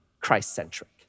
Christ-centric